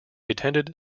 attended